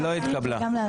לא התקבלה.